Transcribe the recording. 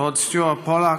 לורד סטיוארט פולק,